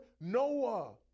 Noah